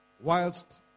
whilst